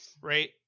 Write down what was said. right